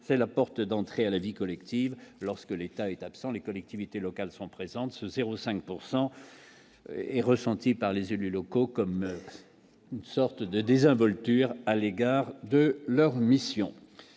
c'est la porte d'entrée à la vie collective, lorsque l'État est absent, les collectivités locales sont présentes ce 0 5 pourcent et ressentie par les élus locaux comme une sorte de désinvolture à l'égard de leur mission